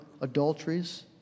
adulteries